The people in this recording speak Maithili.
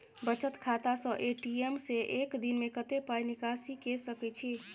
बचत खाता स ए.टी.एम से एक दिन में कत्ते पाई निकासी के सके छि?